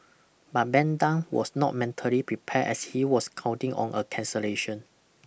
but Ben Tan was not mentally prepared as he was counting on a cancellation